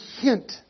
hint